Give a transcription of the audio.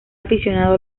aficionado